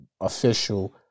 official